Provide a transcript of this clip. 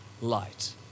light